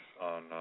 on